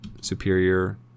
superior